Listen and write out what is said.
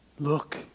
Look